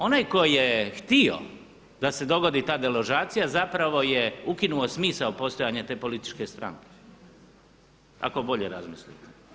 Onaj tko je htio da se dogodi ta deložacija zapravo je ukinuo smisao postojanja te političke stranke ako bolje razmislite.